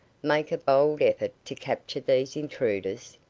make a bold effort to capture these intruders?